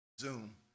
zoom